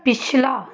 ਪਿਛਲਾ